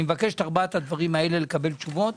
אני מבקש על ארבעת הדברים לקבל תשובות.